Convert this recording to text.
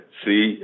see